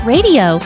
Radio